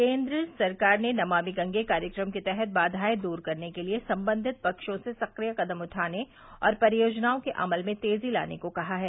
केन्द्र सरकार ने नमामि गंगे कार्यक्रम के तहत बाधाएं दूर करने के लिए संबंधित पक्षों से सक्रिय कदम उठाने और परियोजनाओं के अमल में तेजी लाने को कहा है